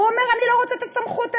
והוא אומר: אני לא רוצה את הסמכות הזאת.